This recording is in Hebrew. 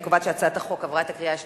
אני קובעת שהצעת החוק עברה את הקריאה השנייה.